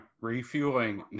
refueling